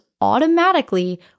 automatically